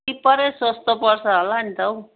टिपरै सस्तो पर्छ होला नि त हौ